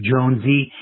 Jonesy